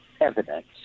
evidence